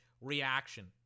reaction